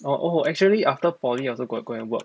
oh oh actually after poly I also got go and work